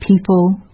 people